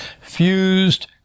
Fused